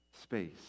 space